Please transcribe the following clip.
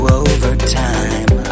overtime